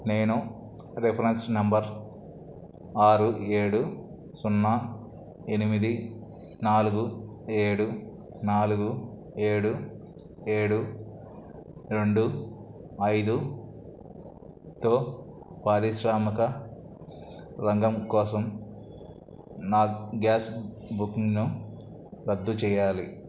నేను reference number ఆరు ఏడు సున్నా ఎనిమిది నాలుగు ఏడు నాలుగు ఏడు ఏడు రెండు ఐదుతో పారిశ్రామక రంగం కోసం నా గ్యాస్ బుకింగ్ను రద్దు చెయ్యాలి